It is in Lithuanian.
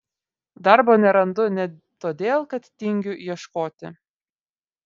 darbo nerandu ne todėl kad tingiu ieškoti